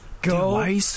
Go